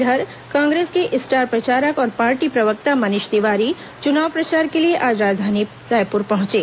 इधर कांग्रेस के स्टार प्रचारक और पार्टी प्रवक्ता मनीष तिवारी चुनाव प्रचार के लिए आज राजधानी रायपुर पहुंचे